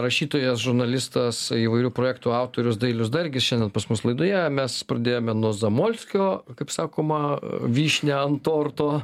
rašytojas žurnalistas įvairių projektų autorius dailius dargis šiandien pas mus laidoje mes pradėjome nuo zamolskio kaip sakoma vyšnia ant torto